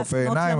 רופאי עיניים.